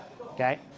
okay